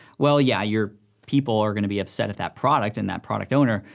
well yeah, your people are gonna be upset at that product, and that product owner,